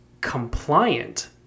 compliant